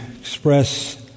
express